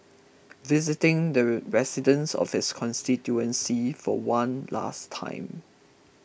visiting the residents of his constituency for one last time